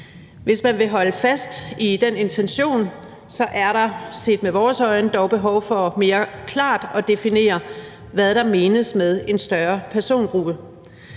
Hvis man vil holde fast i den intention, er der, set med vores øjne, dog behov for mere klart at definere, hvad der menes med »en større persongruppe«.